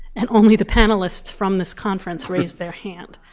and only the panelists from this conference raised their hand.